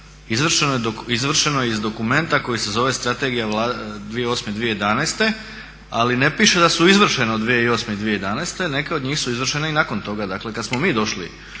Izvršeno je iz dokumenta koji se zove Strategija 2008.-2011.ali ne piše da su izvršene od 2008.-2011., neke od njih su izvršene i nakon toga, dakle kada smo mi došli